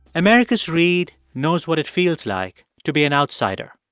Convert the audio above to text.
americus reed knows what it feels like to be an outsider,